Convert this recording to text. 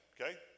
Okay